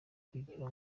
kugira